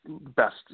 best